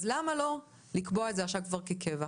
אז למה לא לקבוע את זה כבר עכשיו כהוראת קבע?